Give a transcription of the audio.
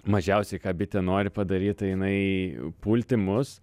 mažiausiai ką bitė nori padaryt tai jinai pulti mus